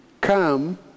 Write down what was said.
come